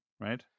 right